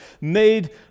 made